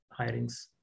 hirings